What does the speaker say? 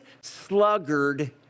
sluggard